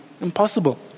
impossible